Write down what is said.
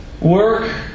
work